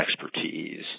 expertise